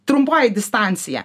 trumpoji distancija